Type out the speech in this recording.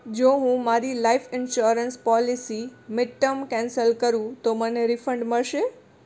જો હું મારી life insurance policy mid term cancel કરું તો મને રીફંડ મળશે